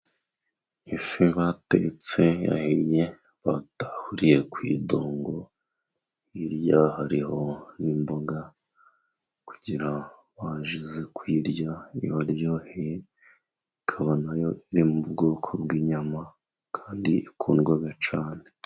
Ifi batetse yahiye batahuriye ku idongo hirya hariho n'imboga kugira barangize kuyirya ibaryoheye ikaba nayo iri mu bwoko bw'inyama kandi ikundwa cyane.